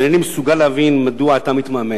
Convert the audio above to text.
ואיני מסוגל להבין מדוע אתה מתמהמה.